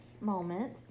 moment